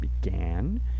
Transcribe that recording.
began